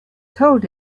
told